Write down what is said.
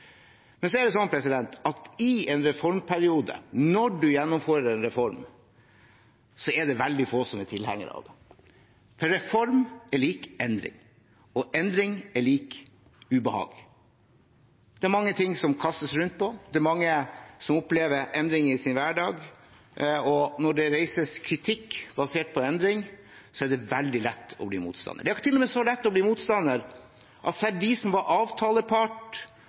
at i en reformperiode, når man gjennomfører en reform, er det veldig få som er tilhenger av den – for reform er lik endring, og endring er lik ubehag. Det er mange ting som kastes rundt på, det er mange som opplever endringer i sin hverdag, og når det reises kritikk basert på endring, er det veldig lett å bli motstander. Det er til og med så lett å bli motstander at selv de som var avtalepart,